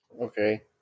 Okay